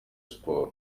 siporo